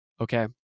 Okay